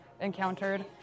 encountered